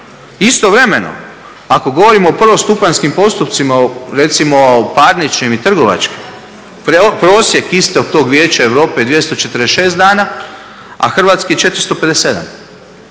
Istovremeno, ako govorimo o prvostupanjskim postupcima recimo o parničnim i trgovačkim, prosjek tog istog Vijeća Europe je 246 dana, a hrvatski 457.